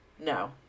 No